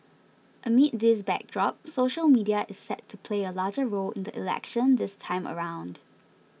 amid this backdrop social media is set to play a larger role in the election this time around